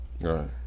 Right